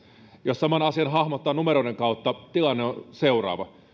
jos saman asian hahmottaa numeroiden kautta tilanne on seuraava